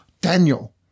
Daniel